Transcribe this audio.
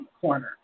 corner